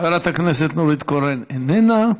חברת הכנסת נורית קורן, איננה.